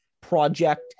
project